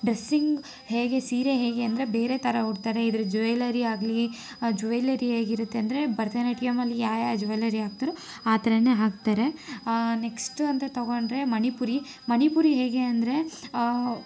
dressing ಹೇಗೆ ಸೀರೆ ಹೇಗೆ ಅಂದರೆ ಬೇರೆ ಥರ ಉಡ್ತಾರೆ ಇದರ ಜುವೆಲರಿ ಆಗಲಿ ಜುವೆಲರಿ ಹೇಗಿರುತ್ತೆ ಅಂದರೆ ಭರತನಾಟ್ಯಮಲ್ಲಿ ಯಾವ ಯಾವ ಜುವೆಲರಿ ಹಾಕ್ತರೊ ಆ ಥರನೇ ಹಾಕ್ತಾರೆ ನೆಕ್ಸ್ಟು ಅಂತ ತಗೊಂಡ್ರೆ ಮಣಿಪುರಿ ಮಣಿಪುರಿ ಹೇಗೆ ಅಂದರೆ